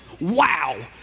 Wow